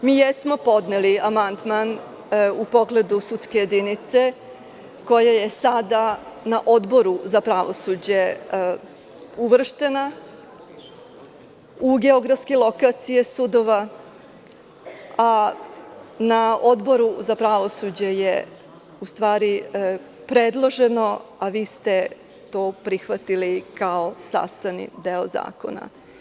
Mi jesmo podneli amandman, u pogledu sudske jedinice koja je sada na Odboru za pravosuđe uvrštena, u geografske lokacije sudova, a na Odboru za pravosuđe je, u stvari predloženo, a vi ste to prihvatili kao sastavni deo zakona.